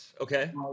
okay